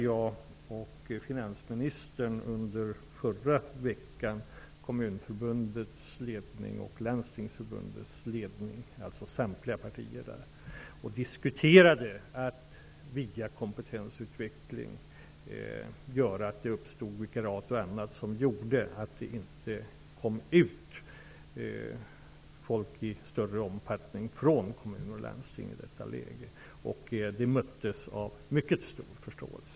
Jag och finansministern träffade under förra veckan samtliga partiers representanter i Kommunförbundets och Landstingsförbundets ledningar och diskuterade att via kompetensutveckling få till stånd vikariat och annat som gör att anställda inom kommuner och landsting inte i större omfattning skall drabbas av arbetslöshet. Detta möttes av mycket stor förståelse.